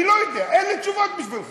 אני לא יודע, אין לי תשובות בשבילך,